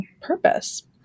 purpose